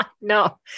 No